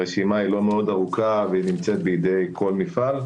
הרשימה לא ארוכה ונמצאת בידי כל מפעל.